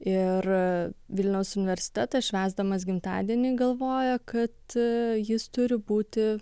ir vilniaus universitetas švęsdamas gimtadienį galvoja kad jis turi būti